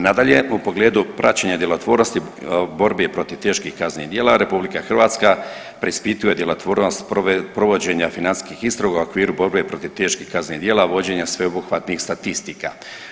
Nadalje u pogledu praćenja djelotvornosti borbe protiv teških kaznenih djela Republika Hrvatska preispituje djelotvornost provođenja financijskih istraga u okviru borbe protiv teških kaznenih djela, vođenja sveobuhvatnih statistika.